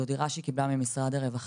זו הייתה הדירה שהיא קיבלה ממשרד הרווחה